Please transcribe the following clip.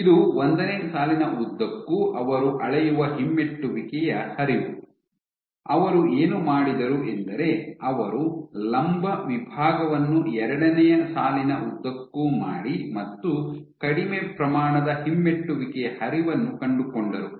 ಇದು ಒಂದನೇ ಸಾಲಿನ ಉದ್ದಕ್ಕೂ ಅವರು ಅಳೆಯುವ ಹಿಮ್ಮೆಟ್ಟುವಿಕೆಯ ಹರಿವು ಅವರು ಏನು ಮಾಡಿದರು ಎಂದರೆ ಅವರು ಲಂಬ ವಿಭಾಗವನ್ನು ಎರಡನೆಯ ಸಾಲಿನ ಉದ್ದಕ್ಕೂ ಮಾಡಿ ಮತ್ತು ಕಡಿಮೆ ಪ್ರಮಾಣದ ಹಿಮ್ಮೆಟ್ಟುವಿಕೆಯ ಹರಿವನ್ನು ಕಂಡುಕೊಂಡರು